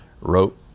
wrote